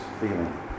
feeling